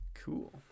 Cool